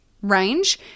range